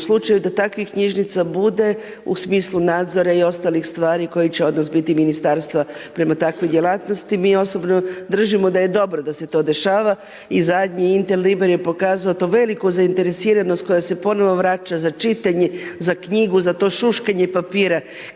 u slučaju da takvih knjižnica bude u smislu nadzora i ostalih stvari koji će odnos biti ministarstva prema takvoj djelatnosti. Mi osobno držimo da je dobro da se to dešava i zadnji Interliber je pokazao to veliku zainteresiranost koja se ponovo vraća za čitanje, za knjigu, za to šuškanje papira